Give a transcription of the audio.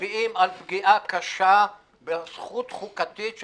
שמצביעים על פגיעה קשה בזכות חוקתית,